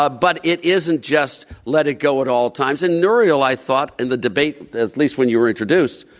ah but it isn't just let it go at all times and nouriel, i thought, in the debate at least when you were introduced,